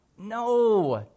No